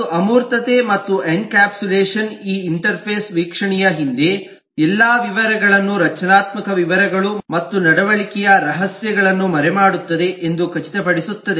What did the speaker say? ಮತ್ತು ಅಮೂರ್ತತೆ ಮತ್ತು ಎನ್ಕ್ಯಾಪ್ಸುಲೇಷನ್ ಈ ಇಂಟರ್ಫೇಸ್ ವೀಕ್ಷಣೆಯ ಹಿಂದೆ ಎಲ್ಲಾ ವಿವರಗಳನ್ನು ರಚನಾತ್ಮಕ ವಿವರಗಳು ಮತ್ತು ನಡವಳಿಕೆಯ ರಹಸ್ಯಗಳನ್ನು ಮರೆಮಾಡುತ್ತದೆ ಎಂದು ಖಚಿತಪಡಿಸುತ್ತದೆ